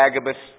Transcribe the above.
Agabus